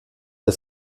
der